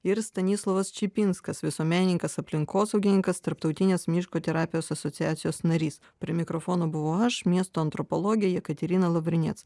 ir stanislovas čepinskas visuomenininkas aplinkosaugininkas tarptautinės miško terapijos asociacijos narys prie mikrofono buvau aš miesto antropologė jekaterina lavriniec